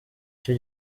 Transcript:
cyo